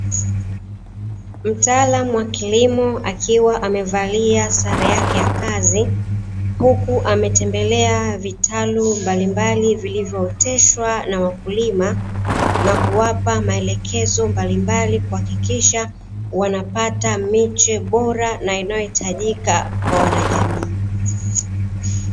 Mtaalamu wa kilimo akiwa amevalia sare yake ya kazi, huku ametembelea vitalu mbalimbali vilivyooteshwa na wakulima, na kuwapa maelekezo mbalimbali kwa kuhakikisha wanapata miche bora na inayohitajika kwa jamii.